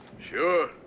Sure